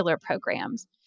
programs